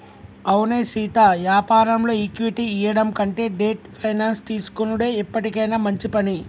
అవునే సీతా యాపారంలో ఈక్విటీ ఇయ్యడం కంటే డెట్ ఫైనాన్స్ తీసుకొనుడే ఎప్పటికైనా మంచి పని